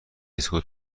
ایستگاه